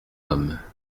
homme